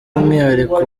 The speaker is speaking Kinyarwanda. umwihariko